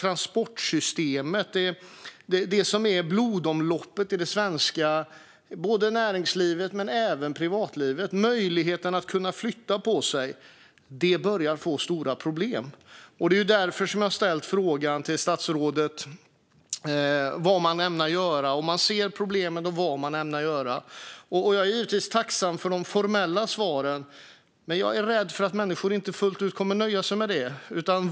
Transportsystemet, som är blodomloppet i det svenska näringslivet men även privatlivet vad gäller möjligheten att förflytta sig, börjar att få stora problem. Det är därför som jag har ställt frågan till statsrådet om han ser problemet och vad han ämnar göra. Jag är givetvis tacksam för de formella svaren, men jag är rädd att människor inte fullt ut kommer att nöja sig med dessa.